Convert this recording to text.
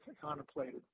contemplated